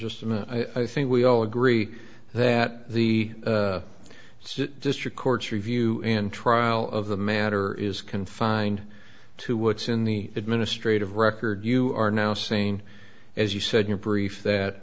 minute i think we all agree that the city district courts review and trial of the matter is confined to what's in the administrative record you are now saying as you said your brief that